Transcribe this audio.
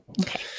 Okay